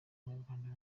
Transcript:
abanyarwanda